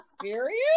serious